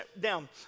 down